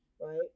Right